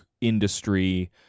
industry